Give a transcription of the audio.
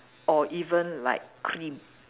or even like cream